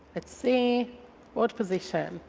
let's see what position.